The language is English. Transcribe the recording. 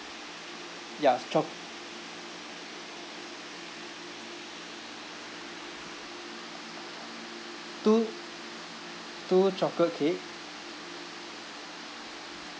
ya f~ choc~ two two chocolate cake